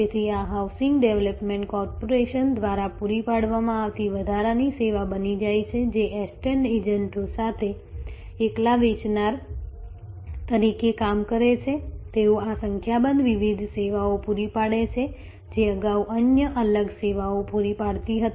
તેથી આ housing development corporation દ્વારા પૂરી પાડવામાં આવતી વધારાની સેવા બની જાય છે જે એસ્ટેટ એજન્ટો સાથે એકલા વેચનાર તરીકે કામ કરે છે તેઓ આ સંખ્યાબંધ વિવિધ સેવાઓ પૂરી પાડે છે જે અગાઉ અન્ય અલગ સેવાઓ પૂરી પાડતી હતી